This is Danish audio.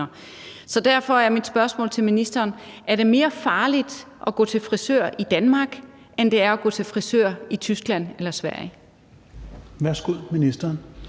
Derfor er mit spørgsmål til ministeren: Er det mere farligt at gå til frisør i Danmark, end det er at gå til frisør i Tyskland eller Sverige?